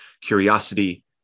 Curiosity